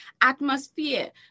atmosphere